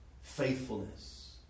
faithfulness